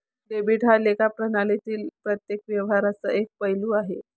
debit हा लेखा प्रणालीतील प्रत्येक व्यवहाराचा एक पैलू आहे